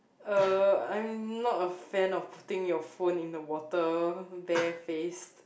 uh I'm not a friend of putting your phone in the water that face